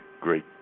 great